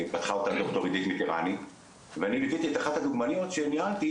פתחה אותה ד"ר עידית מיטרני ואני ליוויתי את אחת הדוגמניות שניהלתי,